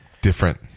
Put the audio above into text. Different